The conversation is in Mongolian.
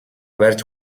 барьж